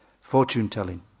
Fortune-telling